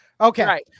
Okay